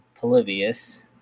Polybius